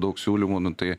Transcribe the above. daug siūlymų nu tai